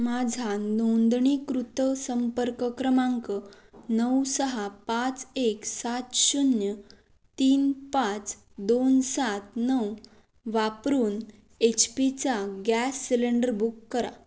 माझा नोंदणीकृत संपर्क क्रमांक नऊ सहा पाच एक सात शून्य तीन पाच दोन सात नऊ वापरून एच पीचा गॅस सिलेंडर बुक करा